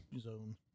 zone